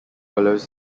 follows